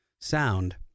sound